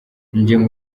njyewe